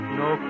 no